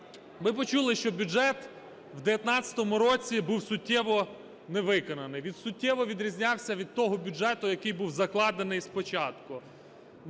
Ми почули, що бюджет в 19-му році був суттєво невиконаний, він суттєво відрізнявся від того бюджету, який був закладений спочатку.